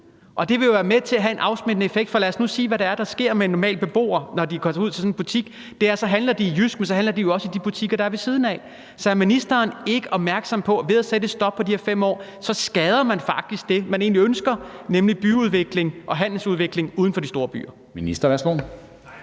og det vil jo være med til at have en afsmittende effekt, for lad os nu sige, hvad det er, der sker med normale beboere, når der kommer sådan en butik. Der sker det, at de handler i JYSK, men de handler jo også i de butikker, der er ved siden af. Så er ministeren ikke opmærksom på, at man ved at sætte et stop på 5 år faktisk skader det, man egentlig ønsker, nemlig byudvikling og handelsudvikling uden for de store byer? Kl.